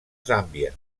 zàmbia